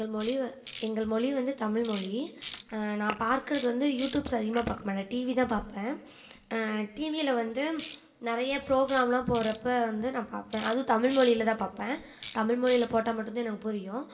எங்கள் மொழி வ எங்கள் மொழி வந்து தமிழ்மொழி நான் பார்க்கிறது வந்து யூடியூப்ஸ் அதிகமாக பார்க்க மாட்டேன் டிவி தான் பார்ப்பேன் டிவியில் வந்து நிறைய ப்ரோக்ராமெலாம் போடுகிறப்ப வந்து நான் பார்ப்பேன் அது தமிழ்மொழியில் தான் பார்ப்பேன் தமிழ்மொழியில் போட்டால் மட்டும் தான் எனக்கு புரியும்